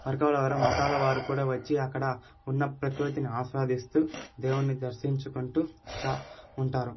వర్గంలో వారు మతాల వారు కూడా వచ్చి అక్కడ ఉన్న ప్రకృతిని ఆస్వాదిస్తూ దేవుణ్ణి దర్శించుకుంటూ చ ఉంటారు